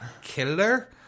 killer